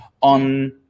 on